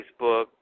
Facebook